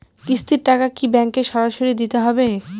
কিস্তির টাকা কি ব্যাঙ্কে সরাসরি দিতে হবে?